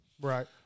right